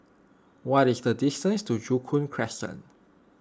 what is the distance to Joo Koon Crescent